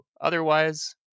otherwise